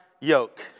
yoke